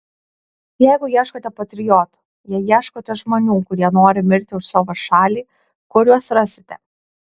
jeigu ieškote patriotų jei ieškote žmonių kurie nori mirti už savo šalį kur juos rasite